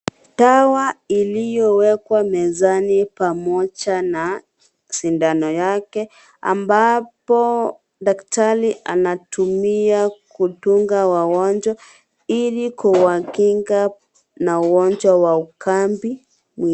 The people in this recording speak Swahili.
Dawa iliowekwa mezani pamoja na sindano yake ambapo daktari anatumia kudunga wagonjwa ili kuwakinga na ugonjwa wa ukambi.